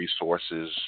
resources